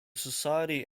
society